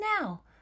now